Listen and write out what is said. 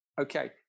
Okay